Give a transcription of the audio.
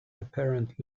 apparent